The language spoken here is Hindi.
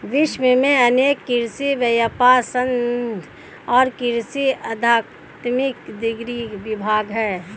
विश्व में अनेक कृषि व्यापर संघ और कृषि अकादमिक डिग्री विभाग है